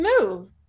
move